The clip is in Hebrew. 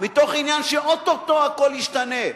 מתוך עניין שאו-טו-טו הכול ישתנה.